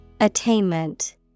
Attainment